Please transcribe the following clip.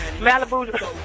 malibu